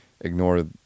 ignore